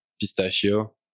pistachio